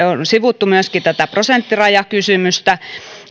on sivuttu myöskin prosenttirajakysymystä